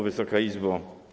Wysoka Izbo!